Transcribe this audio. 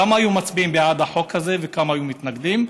כמה היו מצביעים בעד החוק הזה וכמה היו מתנגדים.